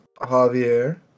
Javier